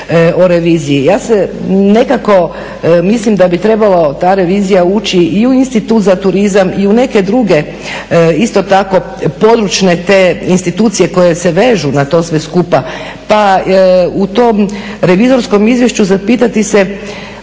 o reviziji ja nekako mislim da bi trebala ta revizija ući i u Institut za turizam i u neke druge isto tako područne institucije koje se vežu na to sve skupa. Pa u tom revizorskom izvješću zapitati se